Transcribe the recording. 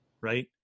Right